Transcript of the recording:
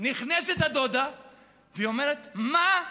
נכנסת הדודה ואומרת: מה,